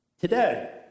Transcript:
Today